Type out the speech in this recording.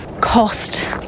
cost